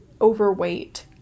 overweight